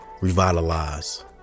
revitalize